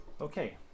Okay